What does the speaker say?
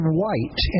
white